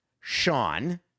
Sean